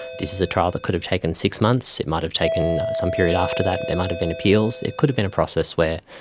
this is a trial that could have taken six months, it might have taken some period after that, there might have been appeals, it could have been a process where,